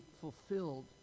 fulfilled